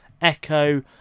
Echo